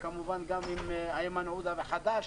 כמובן עם איימן עודה מחד"ש.